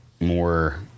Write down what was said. more